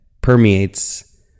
permeates